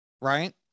Right